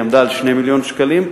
היא עמדה על 2 מיליון שקלים,